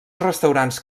restaurants